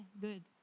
good